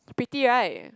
pretty right